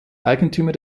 eigentümer